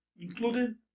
including